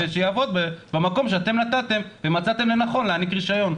ושיעבוד במקום שאתם נתתם ומצאתם לנכון להעניק רישיון.